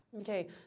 Okay